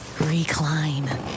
Recline